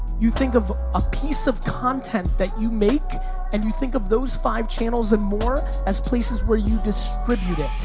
you think of a piece of content that you make and you think of those five channels and more as places where you distribute it.